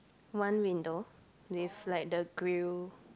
one window with like the grill